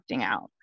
out